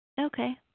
Okay